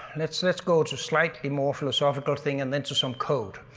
let's let's go to slightly more philosophical thing and then to some code.